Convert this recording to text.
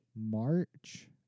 March